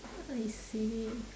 I see